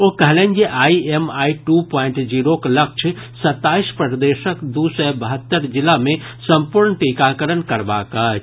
ओ कहलनि जे I M I two point जीरोक लक्ष्य सताईस प्रदेशक दू सय बहत्तर जिला मे संपूर्ण टीकाकरण करबाक अछि